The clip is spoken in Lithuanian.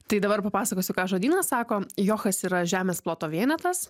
tai dabar papasakosiu ką žodynas sako jochas yra žemės ploto vienetas